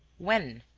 when?